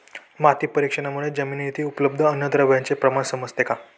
माती परीक्षणामुळे जमिनीतील उपलब्ध अन्नद्रव्यांचे प्रमाण समजते का?